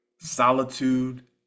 Solitude